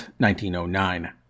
1909